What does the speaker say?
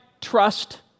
trust